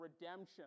redemption